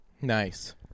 Nice